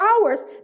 hours